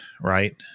right